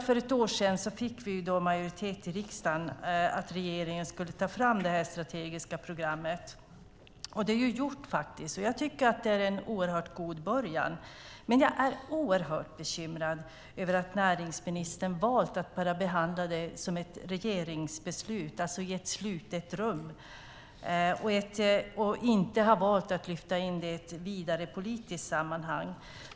För ett år sedan fick vi majoritet i riksdagen för att regeringen skulle ta fram det här strategiska programmet. Det är gjort, och jag tycker att det är en oerhört god början. Men jag är oerhört bekymrad över att näringsministern har valt att bara behandla det som ett regeringsbeslut, alltså i ett slutet rum, och inte har lyft in det i ett vidare politiskt sammanhang.